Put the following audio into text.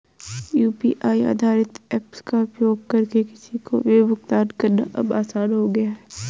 UPI आधारित apps का उपयोग करके किसी को भी भुगतान करना अब आसान हो गया है